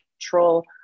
control